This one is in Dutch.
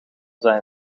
zijn